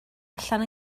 allan